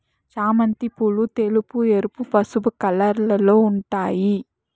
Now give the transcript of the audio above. చామంతి పూలు తెలుపు, ఎరుపు, పసుపు కలర్లలో ఉంటాయి